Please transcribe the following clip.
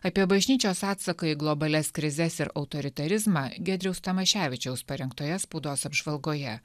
apie bažnyčios atsaką į globalias krizes ir autoritarizmą giedriaus tamoševičiaus parengtoje spaudos apžvalgoje